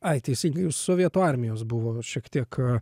ai teisingai jus sovietų armijos buvo šiek tiek